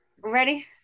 Ready